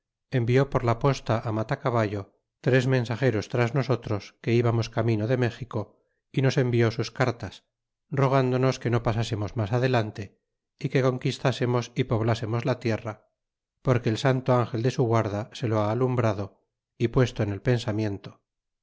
envió por la posta á matacaballo tres mensageros tras nosotros que íbamos camino de méxico é nos envió sus cartas rogándonos que no pasásemos mas adelante y que conquistásemos y poblásemos la tierra porque el santo angel de su guarda se lo ha alumbrado y puesto en el pensamiento